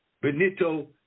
benito